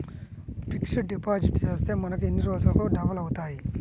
Fixed deposit చేస్తే మనకు ఎన్ని రోజులకు డబల్ అవుతాయి?